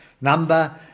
number